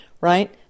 Right